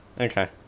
okay